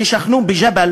ששכנו בג'בל,